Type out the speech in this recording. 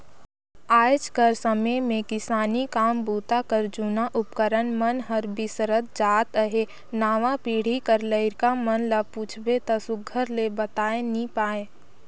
आएज कर समे मे किसानी काम बूता कर जूना उपकरन मन हर बिसरत जात अहे नावा पीढ़ी कर लरिका मन ल पूछबे ता सुग्घर ले बताए नी पाए